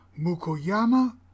Mukoyama